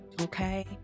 okay